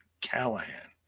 Callahan